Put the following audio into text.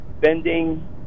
bending